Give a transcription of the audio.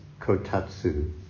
kotatsu